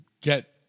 get